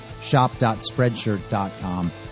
shop.spreadshirt.com